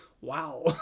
Wow